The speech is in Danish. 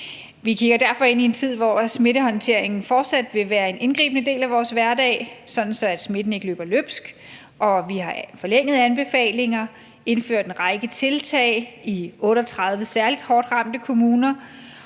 Vi kigger derfor ind i en tid, hvor smittehåndteringen fortsat vil være en indgribende del af vores hverdag, sådan at smitten ikke løber løbsk, og vi har forlænget anbefalingerne og indført en række tiltag i 38 særlig hårdt ramte kommuner.